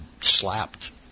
slapped